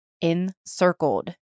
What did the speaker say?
Encircled